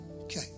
Okay